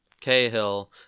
Cahill